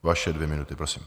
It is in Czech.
Vaše dvě minuty, prosím.